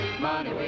money